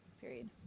period